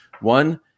One